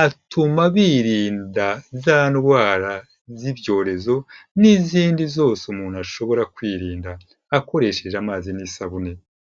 atuma birinda za ndwara z'ibyorezo n'izindi zose umuntu ashobora kwirinda akoresheje amazi n'isabune.